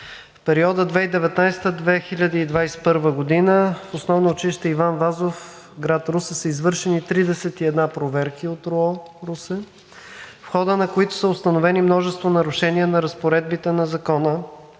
В периода 2019 – 2021 г. в ОУ „Иван Вазов“ – град Русе, са извършени 31 проверки от РУО – Русе, в хода на които са установени множество нарушения на разпоредбите на Закона